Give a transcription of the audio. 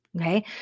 okay